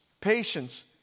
patience